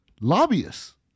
Lobbyists